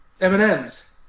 M&M's